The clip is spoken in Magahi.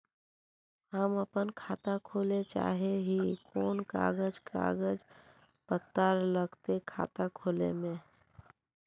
हम अपन खाता खोले चाहे ही कोन कागज कागज पत्तार लगते खाता खोले में?